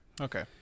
Okay